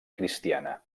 cristiana